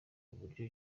uburyo